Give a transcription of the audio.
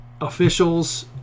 officials